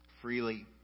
freely